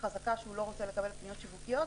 חזקה שהוא לא רוצה לקבל פניות שיווקיות,